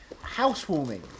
housewarming